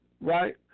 right